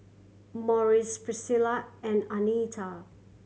Morris Pricilla and Anita